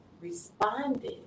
responded